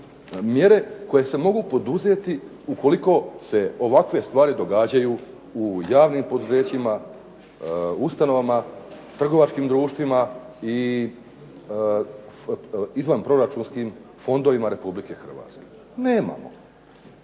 mjere koje se mogu poduzeti ukoliko se ovakve stvari događaju u javnim poduzećima, ustanovama, trgovačkim društvima i izvanproračunskim fondovima Republike Hrvatske? Nemamo.